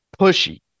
pushy